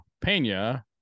Pena